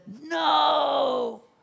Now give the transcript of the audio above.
no